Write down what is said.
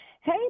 Hey